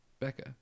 Becca